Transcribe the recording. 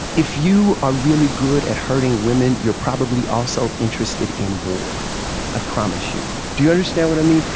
if you are really good at hurting women, you're probably also interested in war i promise you. do you understand what i mean?